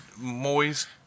moist